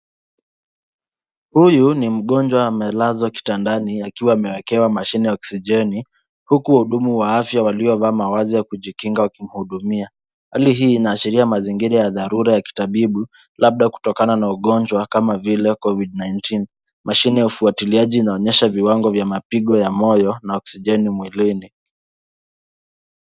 Huyu ni mgonjwa amelazwa kitandani akiwa amewekewa mashine ya oksijeni huku wahudumu wa afya waliovaa mavazi ya kujikinga kumhudumia. Hali hii inaashiria mazingira ya dharura ya kitabibu labda kutokana na ugonjwa kama vile cs[covid-19]cs. Mashine ya ufuatiliaji inaonyesha viwango vya mapigo ya moyo na oksijeni mwilini.